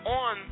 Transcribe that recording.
on